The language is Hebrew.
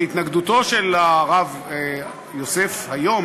והתנגדותו של הרב יוסף היום,